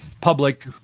public